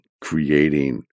creating